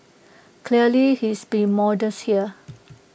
clearly he's being modest here